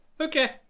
okay